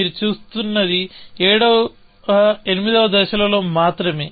మీరు చేస్తున్నది ఏడవ ఎనిమిది దశలలో మాత్రమే